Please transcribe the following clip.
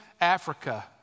Africa